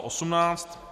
18.